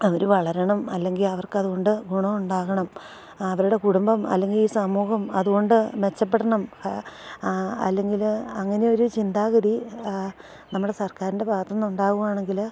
അവർ വളരണം അല്ലെങ്കിൽ അവർക്കതു കൊണ്ട് ഗുണമുണ്ടാകണം അവരുടെ കുടുംബം അല്ലെങ്കിൽ സമൂഹം അതു കൊണ്ട് മെച്ചപ്പെടണം അല്ലെങ്കിൽ അങ്ങനെയൊരു ചിന്താഗതി നമ്മുടെ സർക്കാരിൻ്റെ ഭാഗത്തു നിന്നുണ്ടാകുകയാണെങ്കിൽ